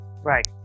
right